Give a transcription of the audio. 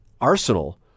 arsenal